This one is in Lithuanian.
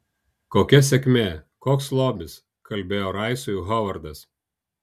kokia sėkmė koks lobis kalbėjo raisui hovardas